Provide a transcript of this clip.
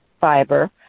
fiber